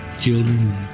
children